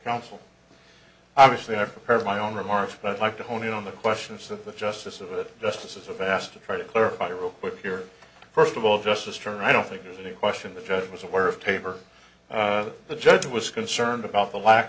counsel obviously i've heard my own remarks but i'd like to hone in on the question of the justice of it justices of asked to try to clarify real quick here first of all justice turner i don't think there's any question the judge was aware of tabor the judge was concerned about the lack